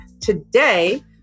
Today